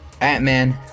Ant-Man